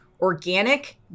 organic